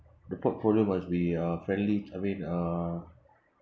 the portfolio must be uh friendly I mean uh